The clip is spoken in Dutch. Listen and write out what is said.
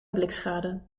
blikschade